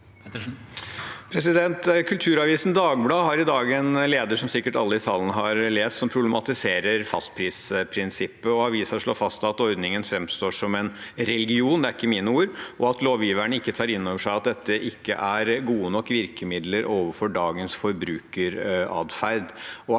Kulturavisen Dag- bladet har i dag en lederartikkel, som sikkert alle i salen har lest, som problematiserer fastprisprinsippet. Avisen slår fast at ordningen framstår som en religion – det er ikke mine ord – og at lovgiverne ikke tar innover seg at dette ikke er gode nok virkemidler overfor dagens forbrukeratferd.